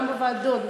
גם בוועדות,